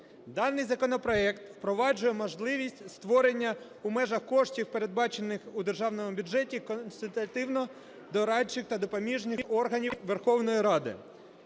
Даний законопроект впроваджує можливість створення в межах коштів, передбачених в державному бюджеті, консультативно-дорадчих та допоміжних органів Верховної Ради.